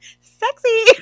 Sexy